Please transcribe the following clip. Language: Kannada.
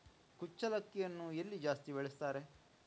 ಕುಚ್ಚಲಕ್ಕಿಯನ್ನು ಎಲ್ಲಿ ಜಾಸ್ತಿ ಬೆಳೆಸ್ತಾರೆ?